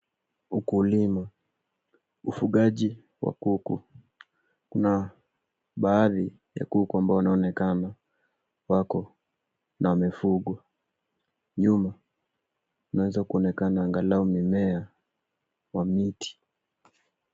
Ukulima ufugaji wa kuku kuna baadhi ya kuku ambao wanaonekana wako na mifugo nyuma unaeza kuonekana angalau mimea wa miti